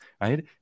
Right